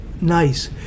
Nice